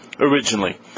originally